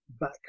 back